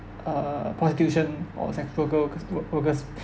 uh prostitution or sexual worker workers workers